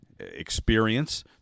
experience